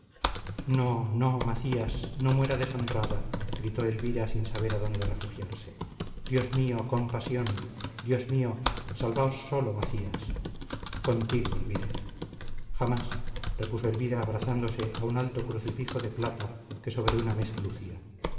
no no macías no muera deshonrada gritó elvira sin saber adónde refugiarse dios mío compasión dios mío salvaos solo macías contigo elvira jamás repuso elvira abrazándose a un alto crucifijo de plata que sobre una mesa lucía